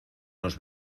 nos